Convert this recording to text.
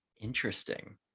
Interesting